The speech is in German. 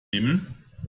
nehmen